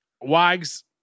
Wags